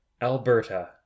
Alberta